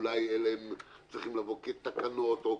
אולי הם צריכים לבוא כתקנות או